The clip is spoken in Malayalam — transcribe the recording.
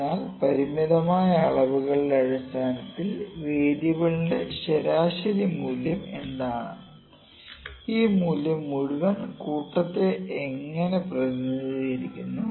അതിനാൽ പരിമിതമായ അളവുകളുടെ അടിസ്ഥാനത്തിൽ വേരിയബിളിന്റെ ശരാശരി മൂല്യം എന്താണ് ഈ മൂല്യം മുഴുവൻ കൂട്ടത്തെ എങ്ങനെ പ്രതിനിധീകരിക്കുന്നു